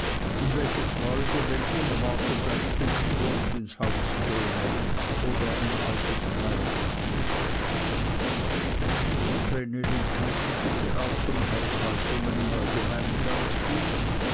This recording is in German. und welche freude wenn unerwartet ein stück brot ins haus käme oder ein altes kleidungsstück vreneli kannte diese art von haushaltungen im allgemeinen ganz gut